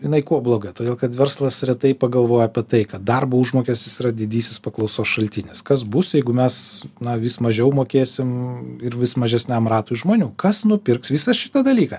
jinai kuo bloga todėl kad verslas retai pagalvoja apie tai kad darbo užmokestis yra didysis paklausos šaltinis kas bus jeigu mes na vis mažiau mokėsim ir vis mažesniam ratui žmonių kas nupirks visą šitą dalyką